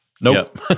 nope